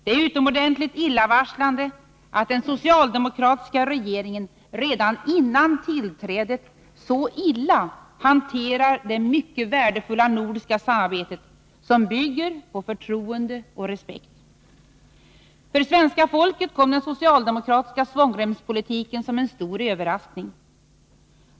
Det är utomordentligt illavarslande att den socialdemokratiska regeringen redan före tillträdet så illa hanterar det mycket värdefulla nordiska samarbetet, som bygger på förtroende och respekt. För svenska folket kom den socialdemokratiska svångremspolitiken som en stor överraskning.